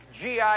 GI